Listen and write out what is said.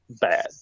Bad